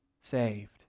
saved